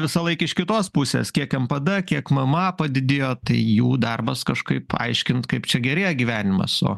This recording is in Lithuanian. visąlaik iš kitos pusės kiek em p d kiek ma ma padidėjo tai jų darbas kažkaip paaiškint kaip čia gerėja gyvenimas nu